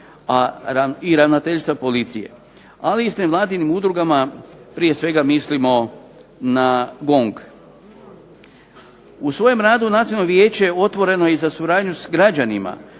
i ravnateljstva policije. Ali i s nevladinim udrugama, prije svega mislimo na GONG. U svojem radu Nacionalno vijeće je otvoreno i za suradnju s građanima